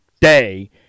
day